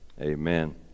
Amen